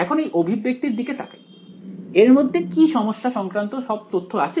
এখন এই অভিব্যক্তির দিকে তাকাই এর মধ্যে কি সমস্যা সংক্রান্ত সব তথ্য আছে